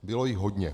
Bylo jich hodně.